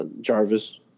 Jarvis